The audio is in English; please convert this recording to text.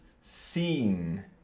seen